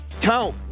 count